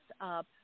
up